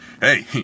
hey